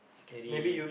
scary